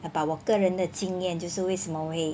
about 我个人的经验就是为什么我会